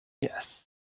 Yes